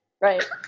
right